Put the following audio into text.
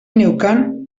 neukan